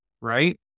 right